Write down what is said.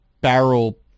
barrel